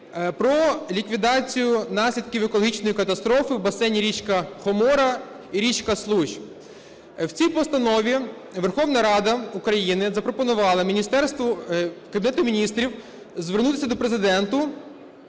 про ліквідацію наслідків екологічної катастрофи у басейні річки Хомора і річки Случ. В цій постанові Верховна Рада України запропонувала Кабінету Міністрів звернутися до Президента